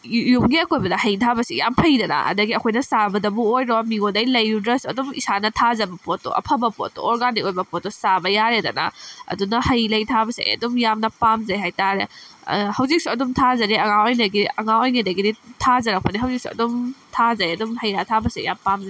ꯌꯨꯝꯒꯤ ꯑꯀꯣꯏꯕꯗ ꯂꯩ ꯊꯥꯕꯁꯦ ꯌꯥꯝ ꯐꯩꯗꯅ ꯑꯗꯒꯤ ꯑꯩꯈꯣꯏꯅ ꯆꯥꯕꯗꯕꯨ ꯑꯣꯏꯔꯣ ꯃꯤꯉꯣꯟꯗꯒꯤ ꯂꯩꯔꯨꯗ꯭ꯔꯁꯨ ꯑꯗꯨꯝ ꯏꯁꯥꯅ ꯊꯥꯖꯕ ꯄꯣꯠꯇꯣ ꯑꯐꯕ ꯄꯣꯠꯇꯣ ꯑꯣꯔꯒꯥꯅꯤꯛ ꯑꯣꯏꯕ ꯄꯣꯠꯇꯣ ꯆꯥꯕ ꯌꯥꯔꯦꯗꯅ ꯑꯗꯨꯅ ꯍꯩ ꯂꯩ ꯊꯥꯕꯁꯦ ꯑꯩ ꯑꯗꯨꯝ ꯌꯥꯝꯅ ꯄꯥꯝꯖꯩ ꯍꯥꯏꯇꯥꯔꯦ ꯍꯧꯖꯤꯛꯁꯨ ꯑꯗꯨꯝ ꯊꯥꯖꯔꯤ ꯑꯉꯥꯡ ꯑꯣꯏꯔꯤꯉꯩꯒꯤ ꯑꯉꯥꯡ ꯑꯣꯏꯔꯤꯉꯩꯗꯒꯤ ꯊꯥꯖꯔꯛꯄꯅꯤ ꯍꯧꯖꯤꯛꯁꯨ ꯑꯗꯨꯝ ꯊꯥꯖꯩ ꯍꯩꯔꯥ ꯊꯥꯕꯁꯦ ꯑꯩ ꯌꯥꯝ ꯄꯥꯝꯖꯩ